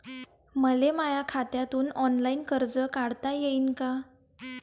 मले माया खात्यातून ऑनलाईन कर्ज काढता येईन का?